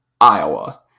Iowa